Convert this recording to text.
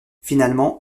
finalement